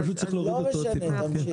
פשוט צריך להוריד אותו עוד טיפה.